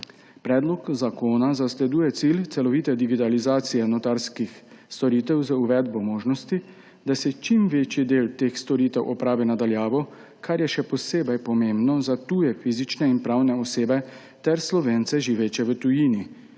Predlog zakona zasleduje cilj celovite digitalizacije notarskih storitev z uvedbo možnosti, da se čim večji del teh storitev opravi na daljavo, kar je še posebej pomembno za tuje fizične in pravne osebe ter Slovence, živeče v tujini.